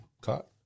caught